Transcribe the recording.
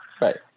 Right